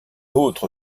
autre